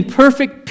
perfect